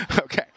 Okay